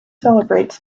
celebrates